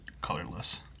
colorless